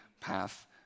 path